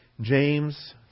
James